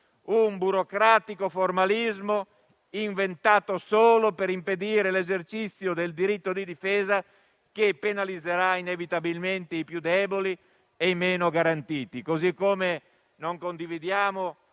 un burocratico formalismo inventato solo per impedire l'esercizio del diritto di difesa, che penalizzerà inevitabilmente i più deboli e i meno garantiti. Neppure condividiamo